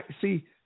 See